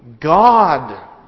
God